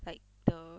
like the